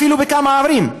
אפילו בכמה ערים,